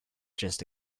just